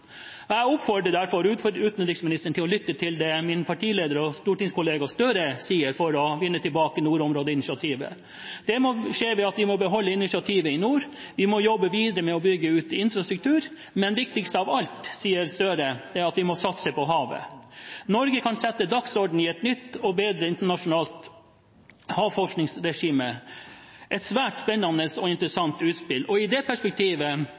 Jeg oppfordrer derfor utenriksministeren til å lytte til det min partileder og stortingskollega Gahr Støre sier, for å vinne tilbake nordområdeinitiativet. Det må skje ved at vi må beholde initiativet i nord, vi må jobbe videre med å bygge ut infrastruktur, sier han. Men viktigst av alt, ifølge Gahr Støre, er det at vi må satse på havet. Videre sier han at Norge kan «sette dagsorden i et nytt og bedre internasjonalt havforskningsregime». Det er et svært spennende og interessant utspill, og i det perspektivet